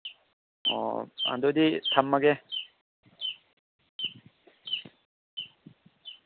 ꯑꯣ ꯑꯗꯨꯗꯤ ꯊꯝꯃꯒꯦ